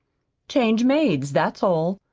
change maids, that's all.